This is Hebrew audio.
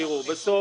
תראו,